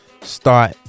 start